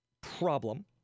problem